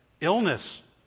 Illness